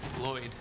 Lloyd